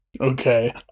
Okay